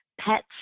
pets